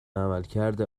عملکرد